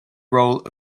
role